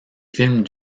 films